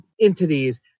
entities